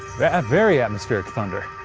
very atmospheric thunder.